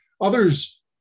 Others